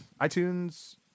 itunes